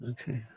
Okay